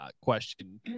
question